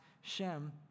Shem